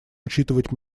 учитывать